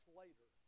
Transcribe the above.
later